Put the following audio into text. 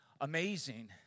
amazing